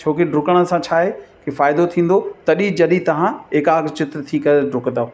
छोकी डुकण सां छा आहे की फ़ाइदो थींदो तॾहिं जॾहिं तव्हां एक्राग चित्र करे डुकंदो